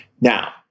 Now